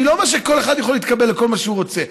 אני לא אומר שכל אחד יכול להתקבל לכל מה שהוא רוצה,